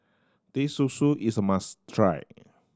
Teh Susu is a must try